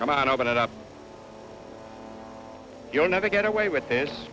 come out open it up you'll never get away with this